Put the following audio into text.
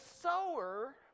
sower